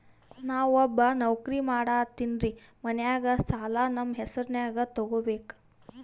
ನಾ ಒಬ್ಬವ ನೌಕ್ರಿ ಮಾಡತೆನ್ರಿ ಮನ್ಯಗ ಸಾಲಾ ನಮ್ ಹೆಸ್ರನ್ಯಾಗ ತೊಗೊಬೇಕ?